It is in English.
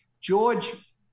George